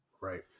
Right